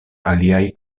aliaj